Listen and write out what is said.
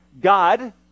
God